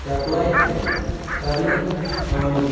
apply کَرنہٕ آمِتۍ